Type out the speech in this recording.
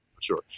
Sure